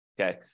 Okay